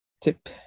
tip